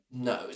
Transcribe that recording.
No